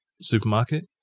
supermarket